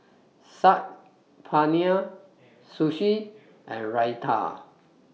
Saag Paneer Sushi and Raita